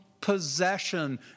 possession